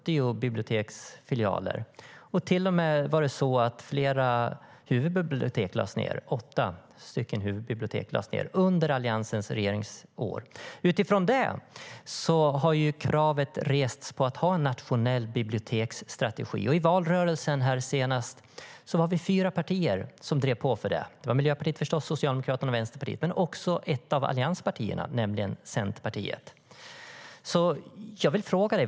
Till och med åtta huvudbibliotek lades ned under Alliansens regeringsår. Utifrån det har ju kravet rests på att ha en nationell biblioteksstrategi. I den senaste valrörelsen var vi fyra partier som drev på, Miljöpartiet, Socialdemokraterna, Vänsterpartiet och ett av allianspartierna, nämligen Centerpartiet.